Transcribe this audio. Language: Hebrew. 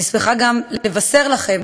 אני שמחה גם לבשר לכם